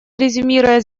резюмируя